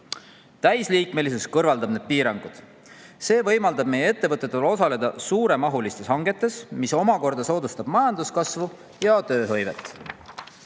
Täisliikmelisus kõrvaldab need piirangud. See võimaldab meie ettevõtetel osaleda suuremahulistes hangetes, mis omakorda soodustab majanduskasvu ja tööhõivet.